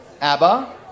ABBA